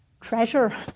treasure